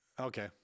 okay